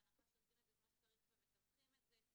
בהנחה שעושים את זה כמו שצריך ומתווכים את זה.